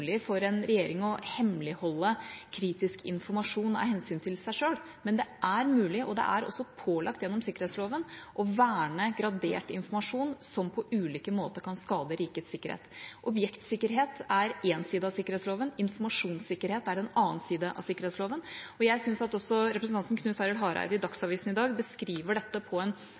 for en regjering å hemmeligholde kritisk informasjon av hensyn til seg selv, men det er mulig – og det er også pålagt gjennom sikkerhetsloven – å verne gradert informasjon som på ulike måter kan skade rikets sikkerhet. Objektsikkerhet er én side av sikkerhetsloven. Informasjonssikkerhet er en annen side av sikkerhetsloven. Jeg syns at også representanten Knut Arild Hareide i Dagsavisen i dag beskriver dette på en